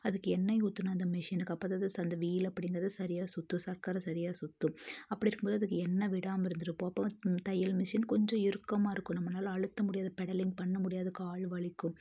அதுக்கு எண்ணெய் ஊற்றணும் அந்த மிஷினுக்கு அப்போ த தான் அந்த வீல் அப்படிங்கிறது சரியாக சுற்றும் சக்கரம் சரியாக சுற்றும் அப்படி இருக்கும் போது அதுக்கு எண்ணெ விடாமல் இருந்திருப்போம் அப்போது தையல் மிஷின் கொஞ்சம் இறுக்கமாக இருக்கும் நம்மளால் அழுத்த முடியாது பெடலிங் பண்ண முடியாது கால் வலிக்கும்